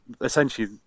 essentially